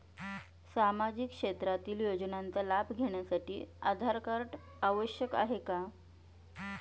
सामाजिक क्षेत्रातील योजनांचा लाभ घेण्यासाठी आधार कार्ड आवश्यक आहे का?